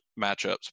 matchups